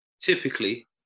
typically